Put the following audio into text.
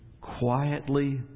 Quietly